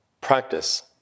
practice